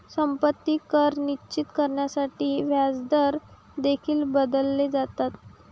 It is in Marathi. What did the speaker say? संपत्ती कर निश्चित करण्यासाठी व्याजदर देखील बदलले जातात